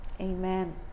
Amen